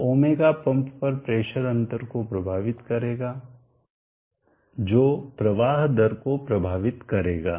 तो ω पंप पर प्रेशर अंतर को प्रभावित करेगा जो प्रवाह दर को प्रभावित करेगा